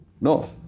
No